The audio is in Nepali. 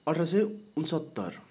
अठार सय उनान्सत्तर